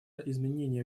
изменения